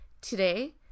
Today